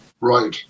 right